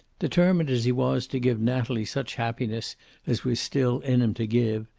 determined as he was to give natalie such happiness as was still in him to give,